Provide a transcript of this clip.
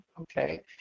Okay